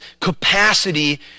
capacity